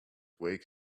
wake